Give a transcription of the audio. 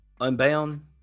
Unbound